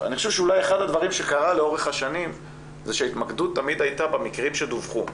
אחד הדברים שקרה לאורך השנים היה שההתמקדות תמיד הייתה במקרים שדווחו.